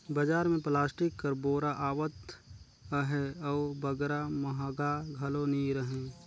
बजार मे पलास्टिक कर बोरा आवत अहे अउ बगरा महगा घलो नी रहें